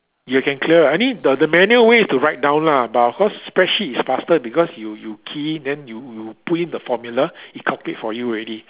you can clear I mean the the manual way is to write down down lah but of course spreadsheet is faster because you you key in then you you put in the formula it calculate for you already